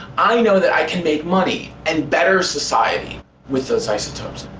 i know that i can make money, and better society with those isotopes.